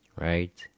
right